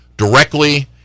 directly